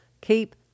Keep